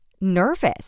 nervous